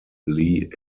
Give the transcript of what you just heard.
leigh